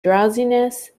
drowsiness